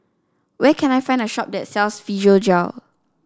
where can I find a shop that sells Physiogel